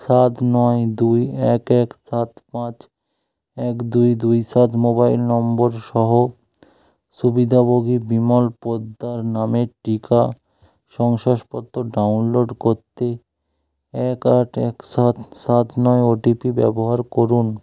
সাত নয় দুই এক এক সাত পাঁচ এক দুই দুই সাত মোবাইল নম্বর সহ সুবিধাভোগী বিমল পোদ্দার নামের টিকা শংসাপত্র ডাউনলোড করতে এক আট এক সাত সাত নয় ওটিপি ব্যবহার করুন